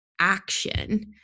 action